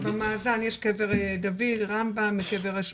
במאזן יש קבר דוד, רמב"ם, יש את קבר הרשב"י.